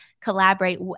collaborate